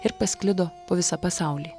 ir pasklido po visą pasaulį